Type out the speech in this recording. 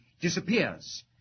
disappears